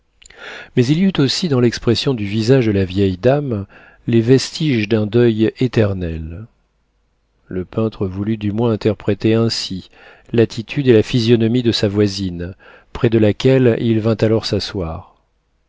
mais il y eut aussi dans l'expression du visage de la vieille dame les vestiges d'un deuil éternel le peintre voulut du moins interpréter ainsi l'attitude et la physionomie de sa voisine près de laquelle il vint alors s'asseoir